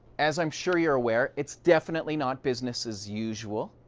as i'm sure you're aware, it's definitely not business as usual.